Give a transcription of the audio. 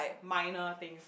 minor thing